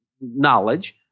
knowledge